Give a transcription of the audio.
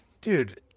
dude